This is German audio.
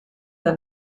der